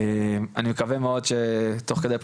אני מקווה שתוך כדי היא תענה,